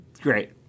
great